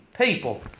people